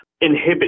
inhibit